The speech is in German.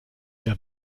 der